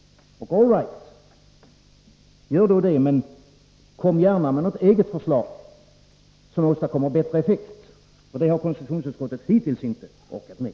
All right, gör då det — men kom gärna med något eget förslag som åstadkommer bättre effekt. Det har konstitutionsutskottet hittills inte orkat med.